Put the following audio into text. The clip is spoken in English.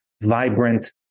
vibrant